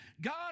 God